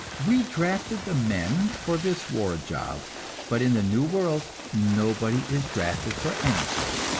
we drafted the men for this war job but in the new world nobody is drafted for anything.